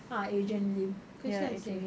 ah adrian lim kesian seh